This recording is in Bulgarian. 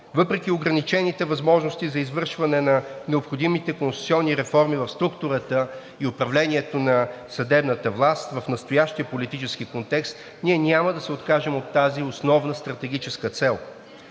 Въпреки ограничените възможности за извършване на необходимите конституционни реформи в структурата и управлението на съдебната власт в настоящия политически контекст ние няма да се откажем от тази основна стратегическа цел.